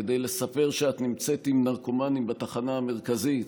כדי לספר שאת נמצאת עם נרקומנים בתחנה המרכזית